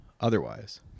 otherwise